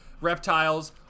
Reptiles